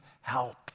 help